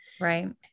Right